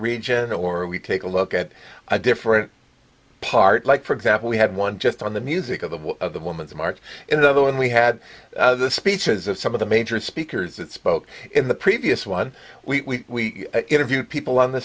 region or we take a look at a different part like for example we had one just on the music of the of the woman's march in another when we had the speeches of some of the major speakers that spoke in the previous one we interviewed people on the